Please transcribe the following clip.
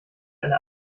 eine